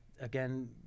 again